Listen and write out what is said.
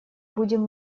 будем